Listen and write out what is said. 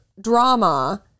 drama